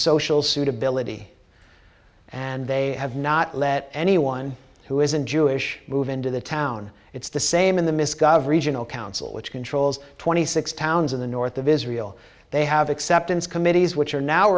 social suitability and they have not let anyone who isn't jewish move into the town it's the same in the misc of regional council which controls twenty six towns in the north of israel they have acceptance committees which are now